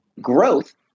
growth